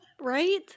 Right